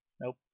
Nope